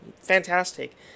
fantastic